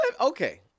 Okay